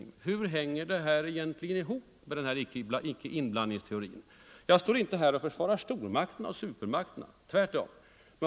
Men hur hänger detta egentligen ihop med den samtidigt framförda icke-inblandningsteorin? Jag står inte här och försvarar stormakterna eller supermakterna. Tvärtom.